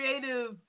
creative